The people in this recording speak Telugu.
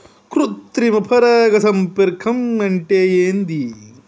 కృత్రిమ పరాగ సంపర్కం అంటే ఏంది?